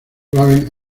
raven